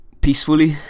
peacefully